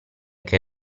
che